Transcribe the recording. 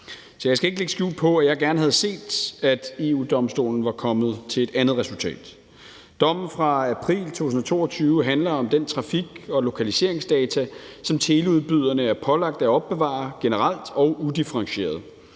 jeg skal ikke lægge skjul på, at jeg gerne havde set, at EU-Domstolen var kommet til andet resultat. Dommen fra april 2022 handler om den trafik og lokaliseringsdata, som teleudbyderne er pålagt at opbevare generelt og udifferentieret,